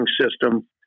system